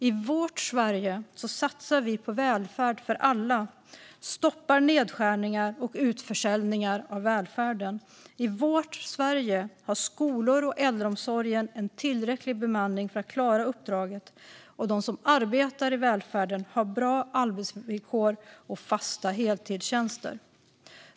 I vårt Sverige satsar vi på välfärd för alla och stoppar nedskärningar och utförsäljningar av välfärden. I vårt Sverige har skolor och äldreomsorg en tillräcklig bemanning för att klara uppdraget, och de som arbetar i välfärden har bra arbetsvillkor och fasta heltidstjänster.